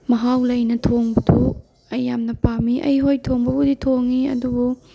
ꯃꯍꯥꯎ ꯂꯩꯅ ꯊꯣꯡꯕꯗꯨ ꯑꯩ ꯌꯥꯝꯅ ꯄꯥꯝꯃꯤ ꯑꯩ ꯍꯣꯏ ꯊꯣꯡꯕꯕꯨꯗꯤ ꯊꯣꯡꯉꯤ ꯑꯗꯨꯕꯨ